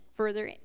further